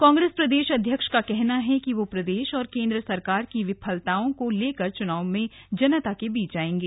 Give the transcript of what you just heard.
कांग्रेस प्रदेश अध्यक्ष का कहना है कि वो प्रदेश और केंद्र सरकार की विफलताओं को लेकर चुनाव में जनता के बीच जायेंगे